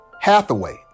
Hathaway